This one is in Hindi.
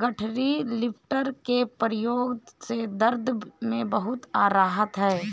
गठरी लिफ्टर के प्रयोग से दर्द में बहुत राहत हैं